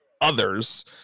others